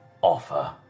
offer